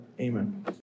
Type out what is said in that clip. amen